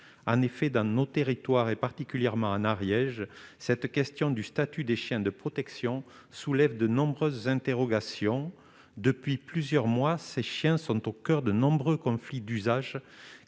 en effet, dans nos territoires et particulièrement en Ariège, cette question du statut des chiens de protection soulève de nombreuses interrogations depuis plusieurs mois, ces chiens sont au coeur de nombreux conflits d'usage,